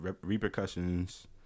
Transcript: Repercussions